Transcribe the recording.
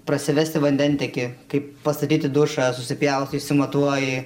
prasivesti vandentiekį kaip pastatyti dušą susipjaustai susimatuoji